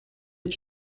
est